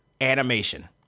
animation